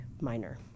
minor